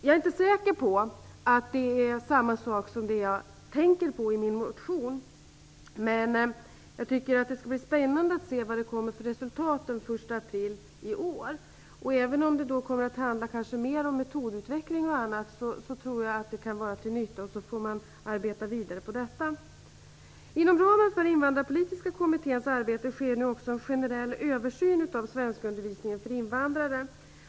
Jag är inte säker på att detta handlar om samma sak som det jag avser i min motion, men jag tycker att det skall bli spännande att se resultatet den 1 april i år. Även om det då kanske mer kommer att handla om metodutveckling och annat, tror jag att detta kommer att vara till nytta. Man får sedan arbeta vidare. Inom ramen för Invandrarpolitiska Kommitténs arbete sker nu också en generell översyn av svenskundervisningen för invandrare.